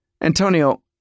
Antonio